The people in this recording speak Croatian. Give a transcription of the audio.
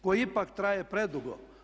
Koji ipak traje predugo.